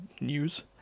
news